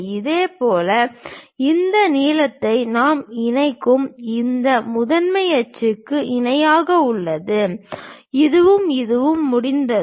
இதேபோல் இந்த நீளத்தை நாம் இணைக்கும் இந்த முதன்மை அச்சுக்கு இணையாக உள்ளது இதுவும் இதுவும் முடிந்ததும்